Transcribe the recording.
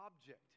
object